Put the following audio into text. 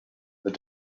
but